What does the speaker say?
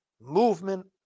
movement